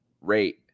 rate